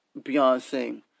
Beyonce